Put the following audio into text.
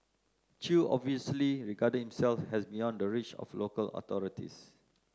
chew obviously regarded himself as beyond the reach of local authorities